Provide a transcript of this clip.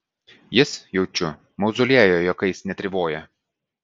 jis jaučiu mauzoliejuj juokais netrivoja